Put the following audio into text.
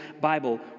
Bible